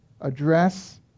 address